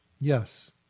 Yes